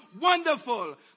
Wonderful